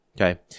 Okay